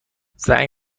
زنگ